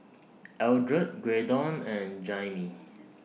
Eldred Graydon and Jaimee